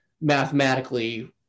mathematically